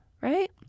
right